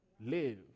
live